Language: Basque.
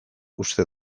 uste